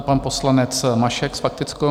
Pan poslanec Mašek s faktickou.